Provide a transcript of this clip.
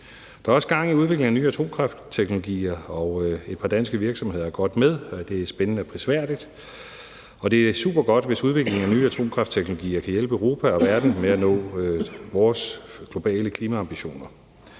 Der er også gang i udviklingen af nye atomkraftteknologier, og et par danske virksomheder er godt med. Det er spændende og prisværdigt, og det er supergodt, hvis udviklingen af nye atomkraftteknologier kan hjælpe Europa og verden med at nå vores globale klimaambitioner.